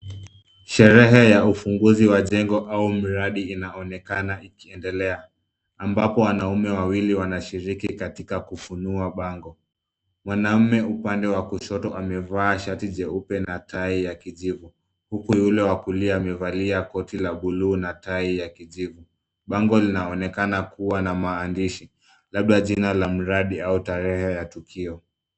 Sherehe ya ufunguzi wa jengo au mradi inaonekana ikiendelea ambapo wanaume wawili wanashiriki katika kufunua bango. Mwanamume upande wa kushoto amevaa shati jeupe na tai ya kijivu, huku yule wa kulia amevalia koti la bluu na tai ya kijivu. Bango linaonekana kuwa na maandishi; labda jina la mradi au tarehe ya tukio.